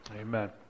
Amen